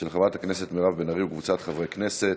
של חברת הכנסת מירב בן ארי וקבוצת חברי הכנסת.